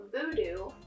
Voodoo